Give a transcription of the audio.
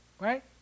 right